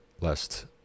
lest